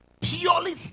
purely